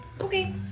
Okay